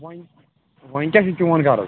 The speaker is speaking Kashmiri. وۄنۍ وۄنۍ کیٛاہ چھِ چون غرٕض